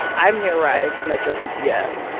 i'm here writing for metro pcs.